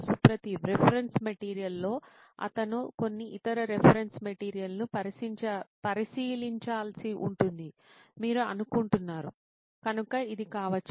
సుప్రతీవ్ reference మెటీరియల్లో అతను కొన్ని ఇతర రిఫరెన్స్ మెటీరియల్లను పరిశీలించాల్సి ఉంటుందని మీరు అనుకుంటున్నారు కనుక ఇది కావచ్చు